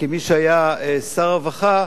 וכמי שהיה שר הרווחה,